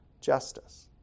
justice